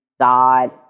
God